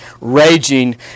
raging